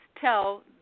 tell